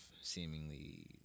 seemingly